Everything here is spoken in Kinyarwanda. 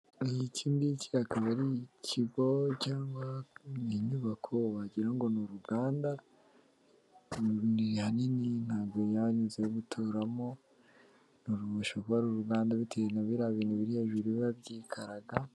Iki ngiki akaba ari ikigo cyangwa ni inyubako wagirango ngo ni uruganda, ni hanini ntabwo yaba ari inzu yo guturamo, uru rushobora kuba ari uruganda, bitewe na biriya bintu biri hejuru biba byikaraga...